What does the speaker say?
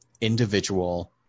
individual